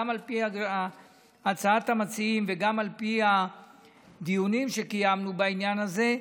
גם על פי הצעת המציעים וגם על פי הדיונים שקיימנו בעניין הזה,